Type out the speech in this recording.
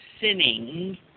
sinning